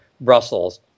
Brussels